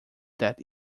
that